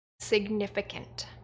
significant